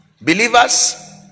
Believers